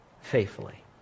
faithfully